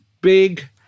big